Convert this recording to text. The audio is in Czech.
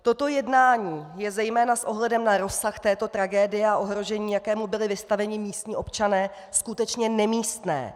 Toto jednání je zejména s ohledem na rozsah této tragédie a ohrožení, jakému byli vystaveni místní občané, skutečně nemístné.